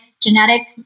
genetic